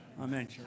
Amen